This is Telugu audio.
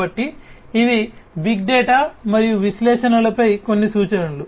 కాబట్టి ఇవి బిగ్ డేటా మరియు విశ్లేషణలపై కొన్ని సూచనలు